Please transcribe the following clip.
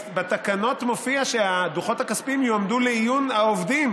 בתקנות מופיע שהדוחות הכספיים יועמדו לעיון העובדים.